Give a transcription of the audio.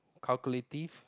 calculative